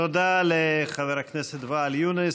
תודה לחבר הכנסת ואאל יונס.